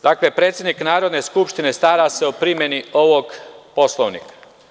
Dakle, predsednik Narodne skupštine stara se o primeni ovog Poslovnika.